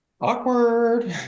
Awkward